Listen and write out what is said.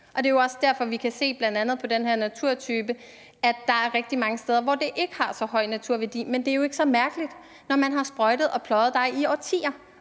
Og det er jo også derfor, at vi bl.a. på den her naturtype kan se, at der er rigtig mange steder, hvor det ikke har så høj naturværdi. Men det er jo ikke så mærkeligt, når man har sprøjtet og pløjet der i årtier.